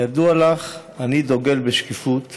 כידוע לך, אני דוגל בשקיפות